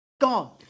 gone